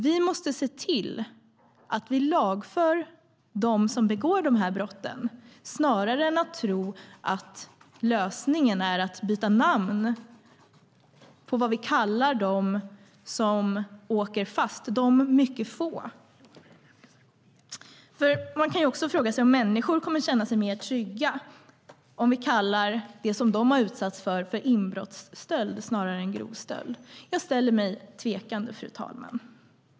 Vi måste se till att vi lagför dem som begår dessa brott snarare än att tro att lösningen är att byta namn på vad vi kallar dem som åker fast. De är mycket få. Man kan fråga sig om människor kommer att känna sig mer trygga om vi kallar det de har utsatts för för inbrottsstöld snarare än grov stöld. Jag ställer mig tvekande till det, fru talman.